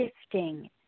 shifting